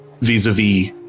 vis-a-vis